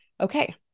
okay